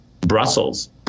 Brussels